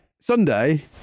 Sunday